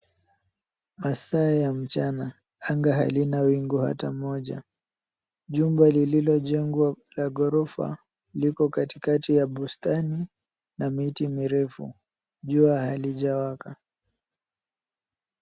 Masaa ya mchana, anga halina wingu hata moja, jumba lililojengwa la ghorofa liko katikati ya bustani na miti mirefu, jua halijawaka.